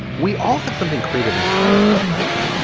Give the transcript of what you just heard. we all have something creative inside of us. right.